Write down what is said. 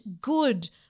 good